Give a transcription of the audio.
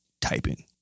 typing